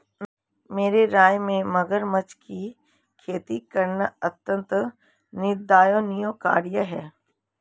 मेरी राय में मगरमच्छ की खेती करना अत्यंत निंदनीय कार्य है